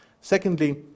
Secondly